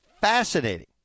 fascinating